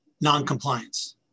non-compliance